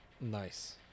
Nice